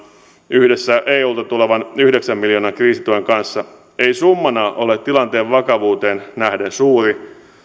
yhdessä eulta tulevan yhdeksän miljoonan kriisituen kanssa ei summana ole tilanteen vakavuuteen nähden suuri